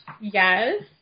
Yes